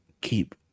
keep